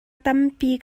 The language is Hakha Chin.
tampi